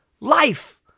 life